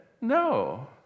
No